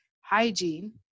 hygiene